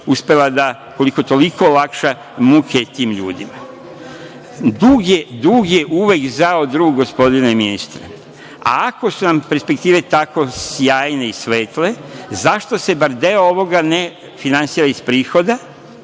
uspela da koliko, toliko olakša muke tim ljudima. Dug je uvek zao drug, gospodine ministre, a ako su nam perspektive tako sjajne i svetle, zašto se bar deo ovoga ne finansira iz prihoda?